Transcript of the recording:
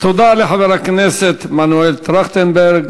תודה לחבר הכנסת מנואל טרכטנברג,